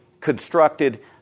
constructed